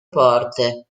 porte